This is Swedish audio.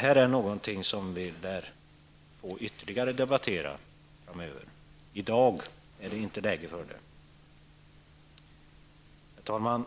Det är någonting som vi lär få debattera ytterligare framöver. I dag är det inte läge för det. Herr talman!